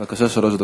בבקשה, שלוש דקות.